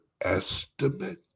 estimate